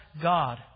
God